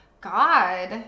God